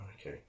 Okay